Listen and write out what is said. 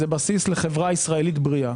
זה בסיס לחברה ישראלית בריאה.